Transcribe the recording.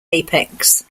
apex